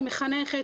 כמחנכת,